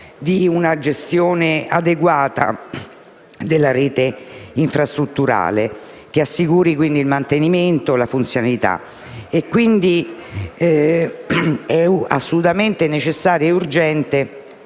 di una gestione adeguata della rete infrastrutturale, che assicuri il mantenimento e la funzionalità. È pertanto assolutamente necessario e urgente